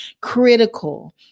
critical